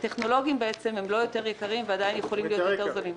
האחרות הם לא יותר יקרים ועדיין יכולים להיות יותר זולים.